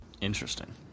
Interesting